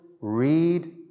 read